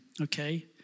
okay